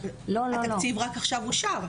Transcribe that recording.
התקציב רק עכשיו אושר.